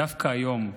דווקא היום,